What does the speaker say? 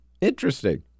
Interesting